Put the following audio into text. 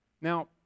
Now